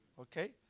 Okay